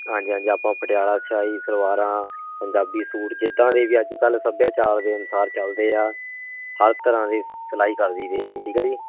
ਹਾਂਜੀ ਹਾਂਜੀ ਆਪਾਂ ਉਹ ਪਟਿਆਲਾ ਸ਼ਾਹੀ ਸਲਵਾਰਾਂ ਪੰਜਾਬੀ ਸੂਟ ਜਿੱਦਾਂ ਦੇ ਵੀ ਅੱਜ ਕੱਲ੍ਹ ਸੱਭਿਆਚਾਰ ਦੇ ਅਨੁਸਾਰ ਚੱਲਦੇ ਹੈ ਹਰ ਤਰ੍ਹਾਂ ਦੀ ਸਿਲਾਈ ਕਰਵਾਈ ਦੀ ਆ ਜੀ ਠੀਕ ਹੈ ਜੀ